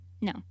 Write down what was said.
no